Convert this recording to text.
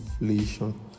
inflation